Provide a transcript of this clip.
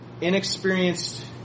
inexperienced